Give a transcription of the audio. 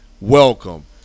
welcome